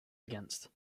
against